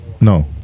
No